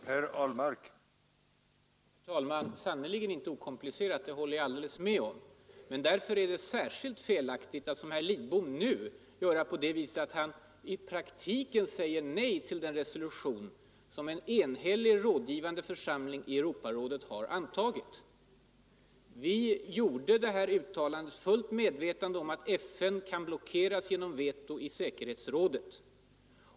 Herr talman! Nej, problemet är sannerligen inte okomplicerat, det håller jag med om. Men därför är det alldeles särskilt felaktigt att — som herr Lidbom nu gör — i praktiken säga nej till den resolution som en på den här punkten enhällig rådgivande församling i Europarådet har antagit. Vi gjorde detta uttalande i fullt medvetande om att FN kan blockeras genom veto i säkerhetsrådet.